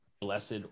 Blessed